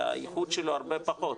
שהאיכות שלו הרבה פחות.